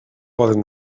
poden